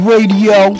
Radio